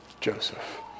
Joseph